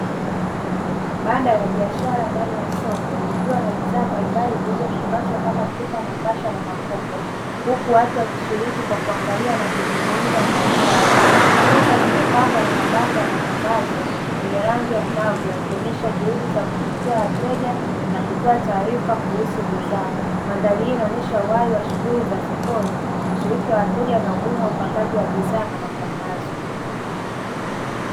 Banda la biashara ndani ya soko, likiwa na bidhaa mbalimbali zilizofungishwa kama chupa, makasha na makopo; huku watu wakishiriki kwa kuangalia na kuzungumza na wauzaji. Kuta zimepambwa na mabango ya matangazo yenye rangi angavu, yakionyesha juhudi za kuvutia wateja na kutoa taarifa kuhusu bidhaa. Mandhari hii inaonyesha uhai wa shughuli za sokoni, ushiriki wa wateja na umuhimu wa upangaji wa bidhaa na matangazo.